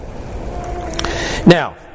Now